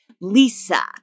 Lisa